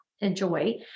enjoy